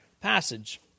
passage